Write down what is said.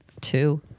two